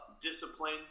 discipline